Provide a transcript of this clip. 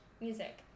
music